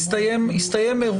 אכן גם עובדי הוראה.